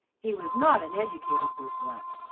he was not an educated boot-black,